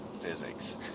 physics